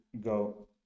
go